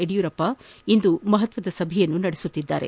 ಯುಡಿಯೂರಪ್ಪ ಇಂದು ಮಹತ್ವದ ಸಭೆ ನಡೆಸುತ್ತಿದ್ದಾರೆ